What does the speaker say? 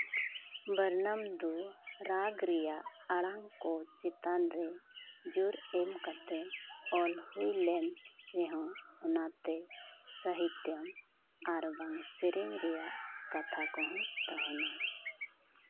ᱵᱚᱨᱱᱚᱢ ᱫᱚ ᱨᱟᱜᱽ ᱨᱮᱭᱟᱜ ᱟᱲᱟᱝ ᱠᱚ ᱪᱮᱛᱟᱱ ᱨᱮ ᱡᱳᱨ ᱮᱢ ᱠᱟᱛᱮ ᱚᱞ ᱦᱩᱭ ᱞᱮᱱ ᱨᱮᱦᱚᱸ ᱚᱱᱟᱛᱮ ᱥᱟᱹᱦᱤᱛᱮᱱ ᱟᱨ ᱵᱟᱝ ᱥᱮᱨᱮᱧ ᱨᱮᱭᱟᱜ ᱠᱟᱛᱷᱟ ᱠᱚᱦᱚᱸ ᱛᱟᱦᱮᱱᱟ